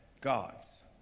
God's